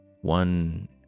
one